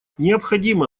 необходимо